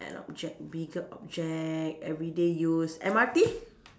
an object bigger object everyday use M_R_T